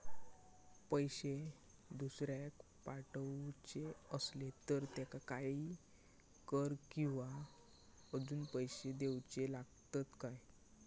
पैशे दुसऱ्याक पाठवूचे आसले तर त्याका काही कर किवा अजून पैशे देऊचे लागतत काय?